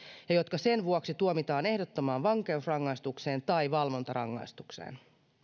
ja jotka sen vuoksi tuomitaan ehdottomaan vankeusrangaistukseen tai valvontarangaistukseen